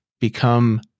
become